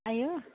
आयु